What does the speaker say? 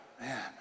man